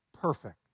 perfect